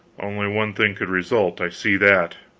only one thing could result i see that.